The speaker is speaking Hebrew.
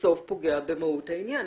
בסוף זה פוגע במהות העניין,